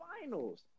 finals